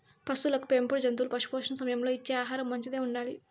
పసులకు పెంపుడు జంతువులకు పశుపోషణ సమయంలో ఇచ్చే ఆహారం మంచిదై ఉండాలి